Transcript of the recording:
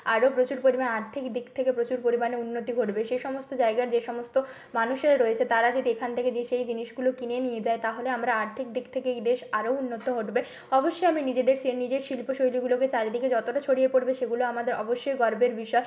আরও প্রচুর পরিমাণ আর্থিক দিক থেকে প্রচুর পরিমাণে উন্নতি ঘটবে সে সমস্ত জায়গার যে সমস্ত মানুষের রয়েছে তারা যদি এখান থেকে যে সেই জিনিসগুলো কিনে নিয়ে যায় তাহলে আমরা আর্থিক দিক থেকে এই দেশ আরও উন্নতি ঘটবে অবশ্যই আমি নিজের দেশের নিজের শিল্পশৈলীগুলোকে চারিদিকে যতটা ছড়িয়ে পড়বে সেগুলো আমাদের অবশ্যই গর্বের বিষয়